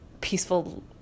peaceful